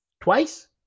twice